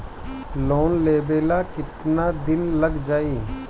Loan लेबे ला कितना दिन लाग जाई?